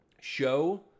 show